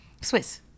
Swiss